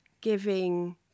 giving